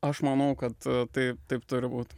aš manau kad tai taip turi būt